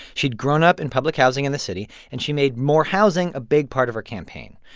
she'd grown up in public housing in the city, and she made more housing a big part of her campaign.